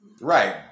Right